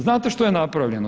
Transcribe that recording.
Znate što je napravljeno?